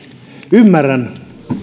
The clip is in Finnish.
ymmärrän